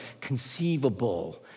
conceivable